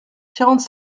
quarante